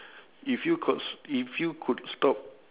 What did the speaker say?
if you could s~ if you could stop